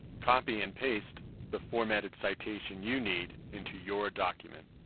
copy and paste the formatted citation you need into your document.